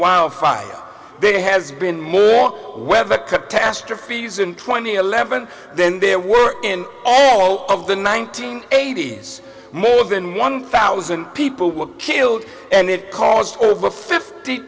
while five there has been more weather capacitor feeds in twenty eleven then there were in all of the nineteen eighties more than one thousand people were killed and it caused over fifty